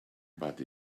but